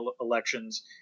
elections